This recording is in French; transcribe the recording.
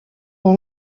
dans